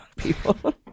People